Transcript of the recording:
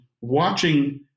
watching